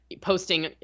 posting